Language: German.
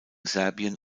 serbien